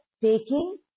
taking